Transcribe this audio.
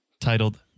Titled